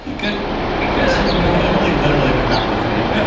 because because, you know, emily literally was not listening yeah